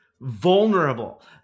Vulnerable